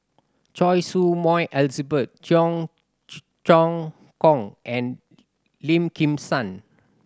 Choy Su Moi Elizabeth Cheong Choong Kong and Lim Kim San